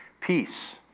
peace